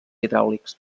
hidràulics